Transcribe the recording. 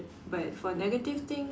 but for negative thing